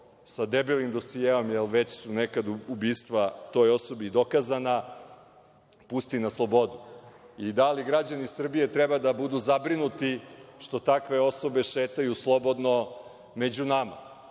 sa debelim dosijeom, jer su već neka ubistva toj osobi i dokazana, pusti na slobodu. Da li građani Srbije treba da budu zabrinuti što takve osobe šetaju slobodno među nama